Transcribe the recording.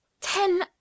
Ten